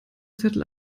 zettel